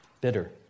Bitter